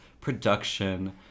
production